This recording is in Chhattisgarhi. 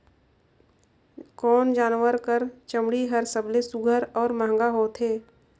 कोन जानवर कर चमड़ी हर सबले सुघ्घर और महंगा होथे?